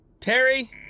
Terry